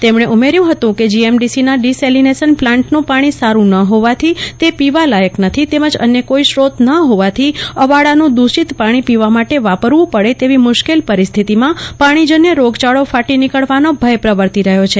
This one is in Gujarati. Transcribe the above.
તેમણે ઉમેર્યું હતું કે જીએમડીસીના ડીસેલીનેશન પ્લાન્ટનું પાણી સારું ન હોવાથી તે પીવા લાયક નથી તેમજ અન્ય કોઈ સ્રોત ન હોવાથી અવાડાનું દુષિત પાણી પીવા માટે વાપરવું પડે તેવી મુશ્કેલ પરિસ્થિતિમાં પાણીજન્ય રોગયાળો ફાટી નીકળવાનો ભય પ્રવર્તી રહ્યો છે